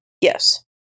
Yes